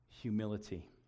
humility